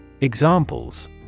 Examples